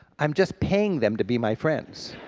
i'm just paying them to be my friends,